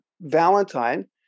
valentine